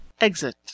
exit